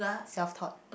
self taught